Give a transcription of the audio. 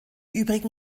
übrigen